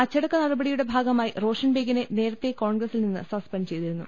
അച്ചടക്ക നടപടിയുടെ ഭാഗമായി റോഷൻ ബെയ്ഗിനെ നേരത്തെ കോൺഗ്രസിൽ നിന്നു സസ്പെന്റ് ചെയ്തിരുന്നു